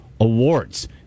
awards